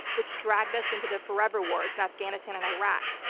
which dragged us into the forever wars in afghanistan and iraq,